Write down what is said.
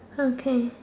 okay